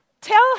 Tell